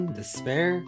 Despair